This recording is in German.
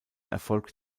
erfolgte